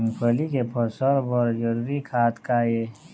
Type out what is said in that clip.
मूंगफली के फसल बर जरूरी खाद का ये?